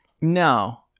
no